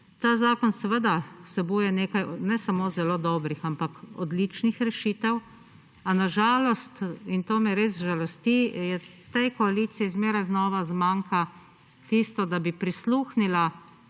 Ta zakon, seveda, vsebuje nekaj ne samo zelo dobrih, ampak odličnih rešitev. A na žalost in to me res žalosti je tej koaliciji zmerja znova zmanjka tisto, da bi prisluhnila